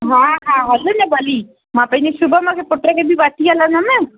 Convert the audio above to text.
हा हा हल न भली मां पंहिंजे शुभम खे पुट खे बि वठी हलंदमि